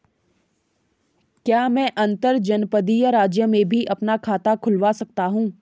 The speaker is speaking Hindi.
क्या मैं अंतर्जनपदीय राज्य में भी अपना खाता खुलवा सकता हूँ?